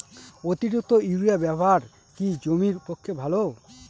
অতিরিক্ত ইউরিয়া ব্যবহার কি জমির পক্ষে ভালো?